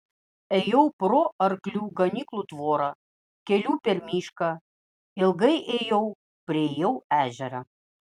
ėjau pro arklių ganyklų tvorą keliu per mišką ilgai ėjau priėjau ežerą